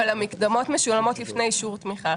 המקדמות משולמות לפני אישור תמיכה.